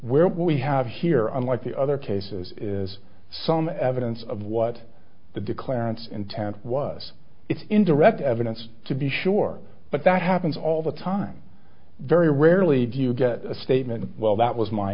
where we have here unlike the other cases some evidence of what the declarant intent was it's indirect evidence to be sure but that happens all the time very rarely do you get a statement well that was my